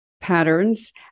patterns